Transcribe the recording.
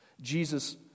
Jesus